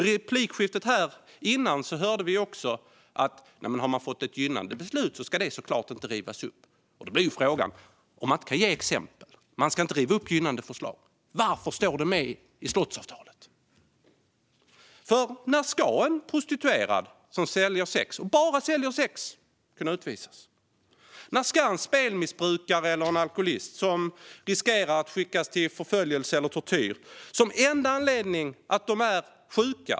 I replikskiftet tidigare hörde vi också att om man har fått ett gynnande beslut så ska det såklart inte rivas upp. Då blir ju frågan: Om man inte kan ge exempel och man inte ska riva upp gynnande förslag, varför står det med i slottsavtalet? När ska en prostituerad som säljer sex, och bara säljer sex, kunna utvisas? När ska en spelmissbrukare eller en alkoholist som riskerar att skickas till förföljelse eller tortyr utvisas av den enda anledningen att de är sjuka?